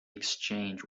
exchange